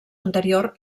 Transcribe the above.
anterior